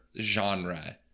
genre